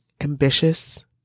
ambitious